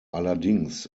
allerdings